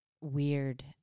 weird